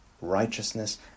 Righteousness